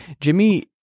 Jimmy